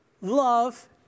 love